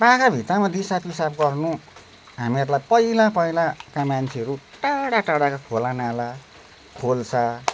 पाखा भित्तामा दिसापिसाब गर्नु हामीहरूलाई पहिला पहिलाका मान्छेहरू टाढा टाढाका खोलानाला खोल्सा